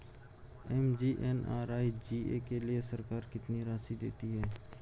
MGNREGA के लिए सरकार कितनी राशि देती है?